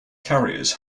carriers